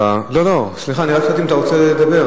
לא, לא, סליחה, אני רק שאלתי אם אתה רוצה לדבר.